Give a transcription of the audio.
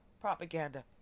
propaganda